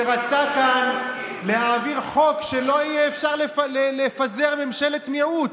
שרצה כאן להעביר חוק שלא יהיה אפשר לפזר ממשלת מיעוט.